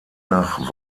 nach